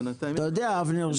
בינתיים --- אבנר,